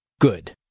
Good